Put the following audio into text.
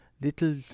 Little